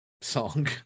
song